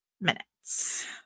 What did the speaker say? minutes